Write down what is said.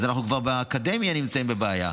אז כבר באקדמיה אנחנו נמצאים בבעיה.